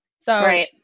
So-